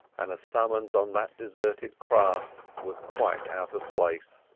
and a summons on that deserted craft was quite out of place.